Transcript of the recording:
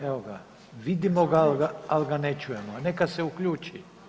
Evo ga, vidimo ga ali ga ne čujemo, neka se uključi